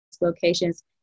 locations